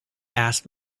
asked